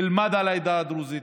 ילמד על העדה הדרוזית,